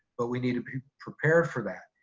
but we need to be prepared for that.